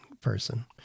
person